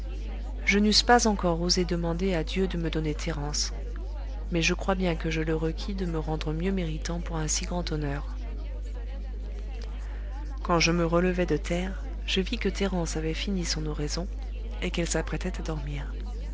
je n'eusse pas encore osé demander à dieu de me donner thérence mais je crois bien que je le requis de me rendre mieux méritant pour un si grand honneur quand je me relevai de terre je vis que thérence avait fini son oraison et qu'elle s'apprêtait à dormir